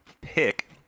pick